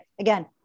Again